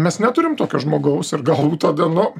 mes neturim tokio žmogaus ir galbūt tada nu